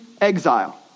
exile